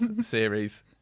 series